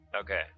Okay